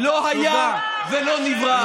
לא היה ולא נברא.